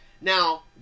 Now